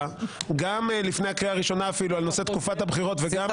גם לפני הקריאה הראשונה אפילו על נושא תקופת הבחירות וגם --- שמחה,